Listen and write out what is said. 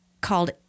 called